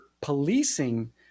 policing